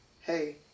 hey